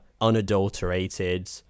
unadulterated